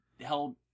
held